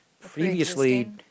previously